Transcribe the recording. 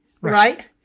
Right